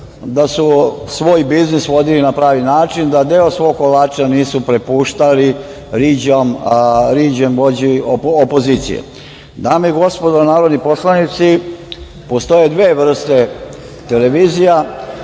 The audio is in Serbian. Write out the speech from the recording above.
da su svoj biznis vodili na pravi način, da deo svog kolača nisu prepuštali Riđem, vođi opozicije. Dame i gospodo narodni poslanici, postoje dve vrste televizija.